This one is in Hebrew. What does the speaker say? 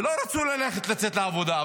ולא רצו ללכת, לצאת לעבודה.